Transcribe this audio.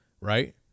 Right